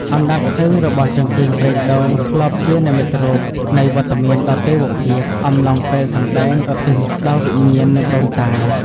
អណ្ដាតភ្លើងរបស់ចង្កៀងប្រេងដូង ធ្លាប់ជានិមិត្តរូបនៃវត្តមានដ៏ទេវភាព អំឡុងពេលសម្តែងឧទ្ទិសដល់វិញ្ញាណ និងដូនតា។